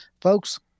Folks